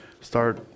start